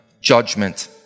Judgment